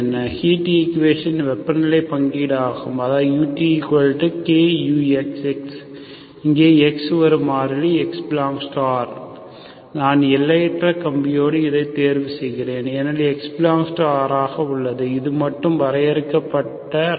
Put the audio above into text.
heat equation வெப்பநிலை பங்கீடு ஆகும் இது utkuxxஎங்கே xஒரு மாறிலி x∈R நான் எல்லையற்ற கம்பியோடு இதை தேர்வு செய்கிறேன் ஏனெனில் x∈R என உள்ளது அது மட்டும் வரையறுக்கப்பட்ட ராடை